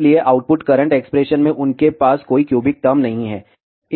इसलिए output current expression में उनके पास कोई क्यूबिक टर्म नहीं है